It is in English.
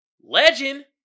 legend